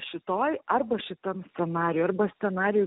šitoj arba šitam scenarijui arba scenarijui